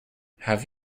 have